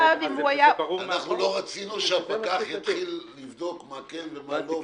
לא רצינו שהפקח יתחיל לבדוק מה כן ומה לא,